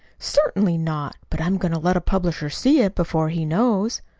certainly not. but i'm going to let a publisher see it, before he knows.